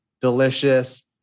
delicious